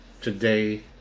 today